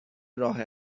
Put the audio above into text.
راه